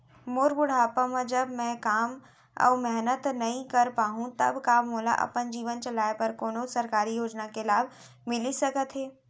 मोर बुढ़ापा मा जब मैं काम अऊ मेहनत नई कर पाहू तब का मोला अपन जीवन चलाए बर कोनो सरकारी योजना के लाभ मिलिस सकत हे?